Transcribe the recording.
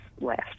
left